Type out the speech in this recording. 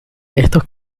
estos